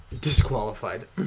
disqualified